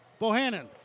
Bohannon